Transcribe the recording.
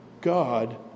God